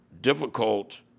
difficult